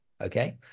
okay